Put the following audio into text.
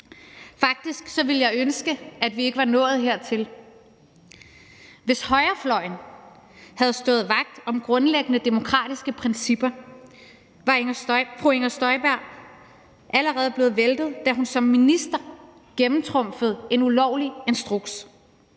Faktisk ville jeg ønske, at vi ikke var nået hertil. Hvis højrefløjen havde stået vagt om grundlæggende demokratiske principper, var fru Inger Støjberg allerede blevet væltet, da hun som minister gennemtrumfede en ulovlig instruks